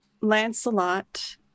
Lancelot